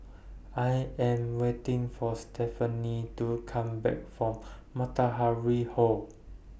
I Am waiting For Stephany to Come Back from Matahari Hall